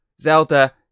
Zelda